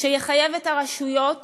שיחייב את הרשויות